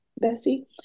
Bessie